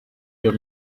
your